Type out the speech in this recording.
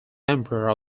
member